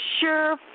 sure